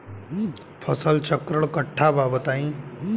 फसल चक्रण कट्ठा बा बताई?